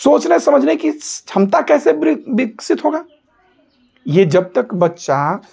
सोचने समझने की क्षमता कैसे विकसित होगा ये जब तक बच्चा